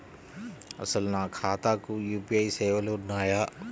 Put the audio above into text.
అసలు నా ఖాతాకు యూ.పీ.ఐ సేవలు ఉన్నాయా?